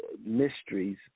Mysteries